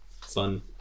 fun